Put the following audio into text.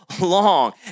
long